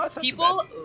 People